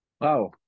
Wow